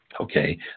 Okay